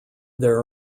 there